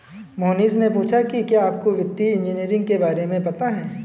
मोहनीश ने पूछा कि क्या आपको वित्तीय इंजीनियरिंग के बारे में पता है?